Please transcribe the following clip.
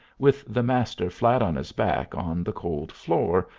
with the master flat on his back on the cold floor,